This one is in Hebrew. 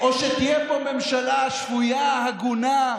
או שתהיה פה ממשלה שפויה, הגונה,